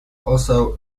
also